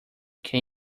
can